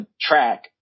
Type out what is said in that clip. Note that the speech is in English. track